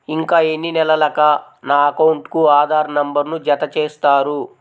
ఇంకా ఎన్ని నెలలక నా అకౌంట్కు ఆధార్ నంబర్ను జత చేస్తారు?